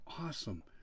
awesome